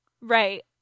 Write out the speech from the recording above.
Right